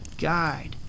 Guide